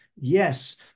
yes